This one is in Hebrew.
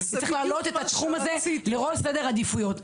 וצריך להעלות את התחום הזה לראש סדר העדיפויות.